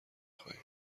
خواهیم